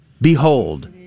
Behold